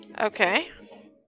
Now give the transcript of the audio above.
Okay